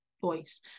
voice